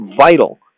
vital